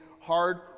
hard